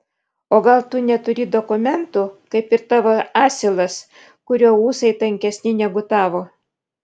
o gal tu neturi dokumentų kaip ir tavo asilas kurio ūsai tankesni negu tavo